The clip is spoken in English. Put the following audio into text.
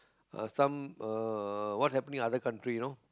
some uh what happening in other country you know